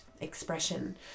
expression